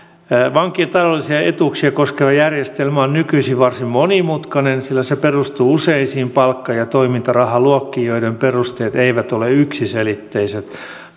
vankien taloudellisia etuuksia koskeva järjestelmä on nykyisin varsin monimutkainen sillä se perustuu useisiin palkka ja toimintarahaluokkiin joiden perusteet eivät ole yksiselitteiset